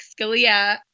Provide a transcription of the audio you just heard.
Scalia